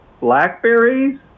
blackberries